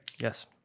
Yes